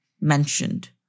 mentioned